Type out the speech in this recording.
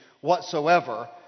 whatsoever